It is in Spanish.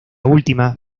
última